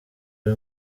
ari